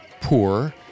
poor